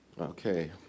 Okay